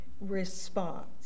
response